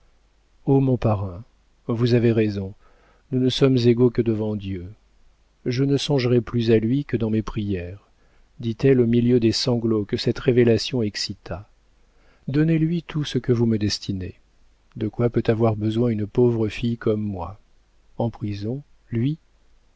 o mon parrain vous avez raison nous ne sommes égaux que devant dieu je ne songerai plus à lui que dans mes prières dit-elle au milieu des sanglots que cette révélation excita donnez-lui tout ce que vous me destinez de quoi peut avoir besoin une pauvre fille comme moi en prison lui